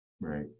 Right